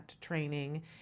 training